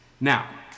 Now